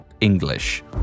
English